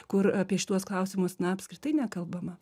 kur apie šituos klausimus na apskritai nekalbama